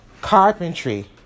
carpentry